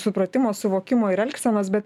supratimo suvokimo ir elgsenos bet